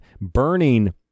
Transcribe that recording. burning